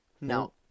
No